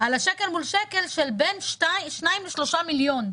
על השקל מול שקל של בין 3-2 מיליון.